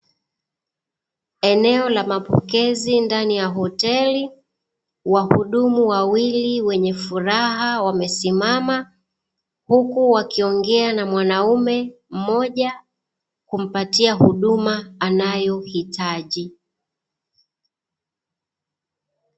Eneo la mapokezi ndani ya hoteli. Wahudumu wawili wenye furaha wamesimama, huku wakiongea na mwanaume mmoja kumpatia huduma anayohitaji.